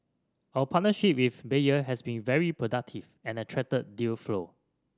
our partnership with Bayer has been very productive and attracted deal flow